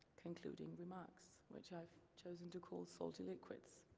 concluding remarks which i've chosen to call salty liquids.